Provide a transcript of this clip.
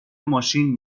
ماشین